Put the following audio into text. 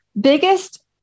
biggest